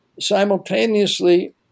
Simultaneously